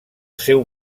seu